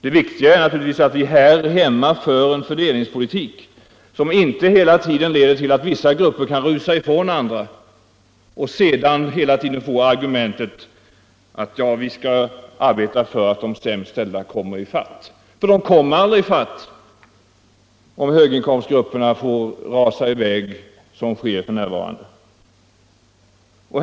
Det viktigaste är naturligtvis att vi här hemma för en fördelningspolitik, som inte hela tiden leder till att vissa grupper kan rusa ifrån de andra och där man inte bara hela tiden framför argumentet: Ja, vi skall arbeta för att de sämst ställda skall komma i kapp. - De kommer aldrig i kapp, så länge höginkomstgrupperna får ”rasa i väg” relativt sett snabbare.